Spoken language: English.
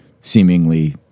seemingly